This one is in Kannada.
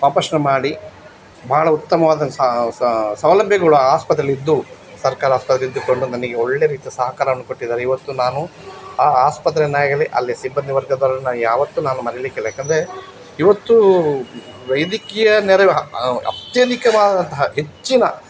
ಆಪ್ರೇಷನ್ ಮಾಡಿ ಭಾಳ ಉತ್ತಮವಾದ ಸೌಲಭ್ಯಗಳು ಆ ಆಸ್ಪತ್ರೆಲಿದ್ದವು ಸರ್ಕಾರಿ ಆಸ್ಪತ್ರೆ ಇದ್ದುಕೊಂಡು ನನಗೆ ಒಳ್ಳೆಯ ರೀತಿಯ ಸಹಕಾರವನ್ನು ಕೊಟ್ಟಿದ್ದಾರೆ ಇವತ್ತು ನಾನು ಆ ಆಸ್ಪತ್ರೆಯನ್ನಾಗಲಿ ಅಲ್ಲಿ ಸಿಬ್ಬಂದಿ ವರ್ಗದವ್ರನ್ನು ಯಾವತ್ತು ನಾನು ಮರಿಲಿಕ್ಕಿಲ್ಲ ಯಾಕೆಂದ್ರೆ ಇವತ್ತು ವೈದ್ಯಕೀಯ ನೆರವು ಅತ್ಯಧಿಕವಾದಂತಹ ಹೆಚ್ಚಿನ